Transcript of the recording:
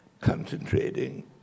concentrating